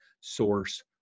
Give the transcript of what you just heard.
source